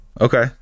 Okay